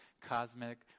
cosmic